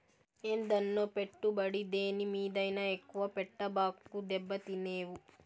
ఏందన్నో, పెట్టుబడి దేని మీదైనా ఎక్కువ పెట్టబాకు, దెబ్బతినేవు